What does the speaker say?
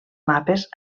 mapes